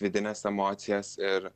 vidines emocijas ir